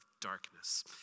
darkness